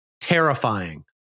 Terrifying